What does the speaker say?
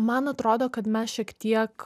man atrodo kad mes šiek tiek